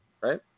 right